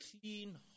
clean